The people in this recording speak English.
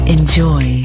Enjoy